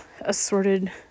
assorted